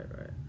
right